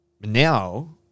now